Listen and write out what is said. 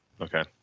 Okay